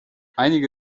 einige